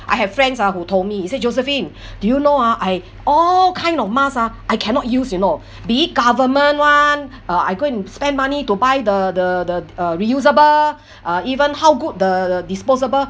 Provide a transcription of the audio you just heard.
I have friends uh who told me he said josephine do you know ah I all kind of mask ah I cannot use you know be it government [one] uh I go and spend money to buy the the the uh reusable uh even how good the disposable